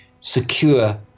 secure